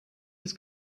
his